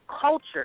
culture